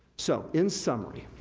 so, in summary,